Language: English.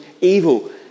evil